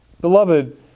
Beloved